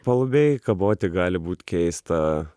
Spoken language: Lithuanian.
palubėj kaboti gali būt keista